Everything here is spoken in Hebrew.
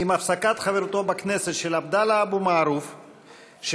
עם הפסקת חברותו של עבדאללה אבו מערוף בכנסת,